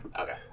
Okay